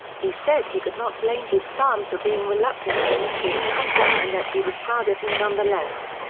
he said he could not blame his son for being reluctant to initiate contact and that he was proud of him nonetheless.